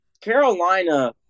Carolina